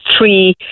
three